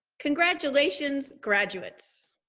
congratulations, graduates.